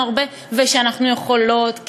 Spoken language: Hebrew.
ושאנחנו יכולות,